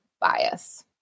bias